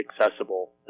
accessible